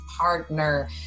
partner